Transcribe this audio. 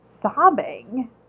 sobbing